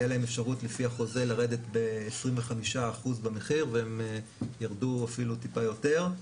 היה להם אפשרות לפי החוזה לרדת ב-25% במחיר והם ירדו אפילו טיפה יותר.